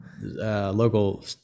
local